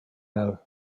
low